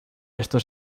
esto